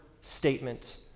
statement